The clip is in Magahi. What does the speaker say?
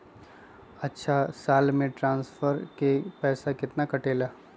अछा साल मे ट्रांसफर के पैसा केतना कटेला?